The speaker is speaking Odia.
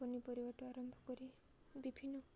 ପନିପରିବାଠୁ ଆରମ୍ଭ କରି ବିଭିନ୍ନ